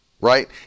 right